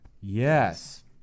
Yes